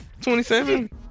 27